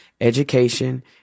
education